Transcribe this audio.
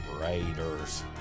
Raiders